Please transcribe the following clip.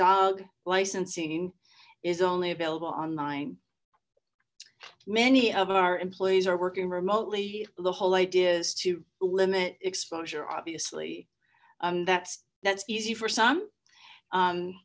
dog licensing is only available online many of our employees are working remotely the whole idea is to limit exposure obviously that's that's easy for